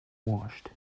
washed